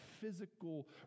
physical